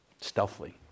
stealthily